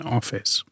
office